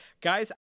Guys